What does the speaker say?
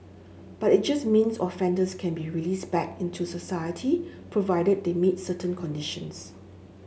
but it just means offenders can be released back into society provided they meet certain conditions